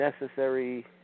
necessary